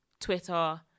Twitter